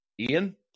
Ian